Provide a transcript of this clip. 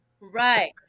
Right